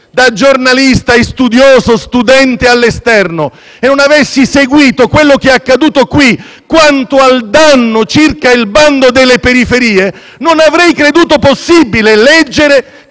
da giornalista, studioso e studente all'esterno e non avessi seguito quello che accaduto qui quanto al danno circa il bando periferie, non avrei creduto possibile leggere,